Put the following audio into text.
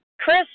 Chris